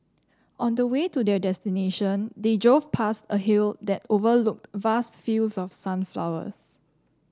on the way to their destination they drove past a hill that overlooked vast fields of sunflowers